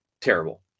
terrible